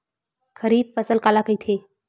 खरीफ फसल काला कहिथे?